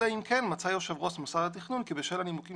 אלא אם כן מצא יו"ר מוסד התכנון כי בשל הנימוקים